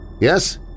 Yes